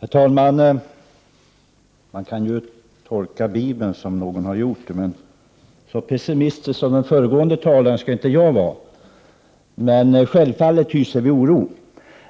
Herr talman! Man kan ju tolka Bibeln så som en viss potentat har gjort, men så pessimistisk som den föregående talaren skall inte jag vara. Självfallet hyser vi dock oro.